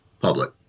Public